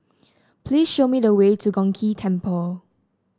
please show me the way to Chong Ghee Temple